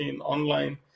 online